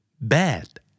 bad